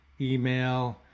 email